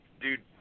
dude